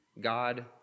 God